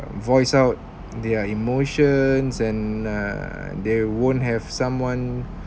voice out their emotions and uh they won't have someone